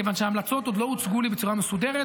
כיוון שההמלצות עוד לא הוצגו לי בצורה מסודרת.